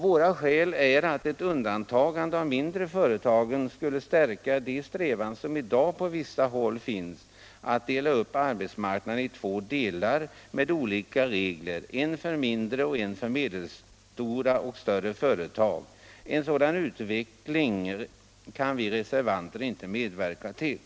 Våra skäl är att ett undantagande av de mindre företagen skulle stärka de tendenser som I dag på vissa håll finns att spalta upp arbetsmarknaden i två delar med olika regler, en för mindre och en för medelstora och = Nr 97 större företag. En sådan utveckling kan vi reservanter inte medverka Fredagen den till.